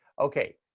okay,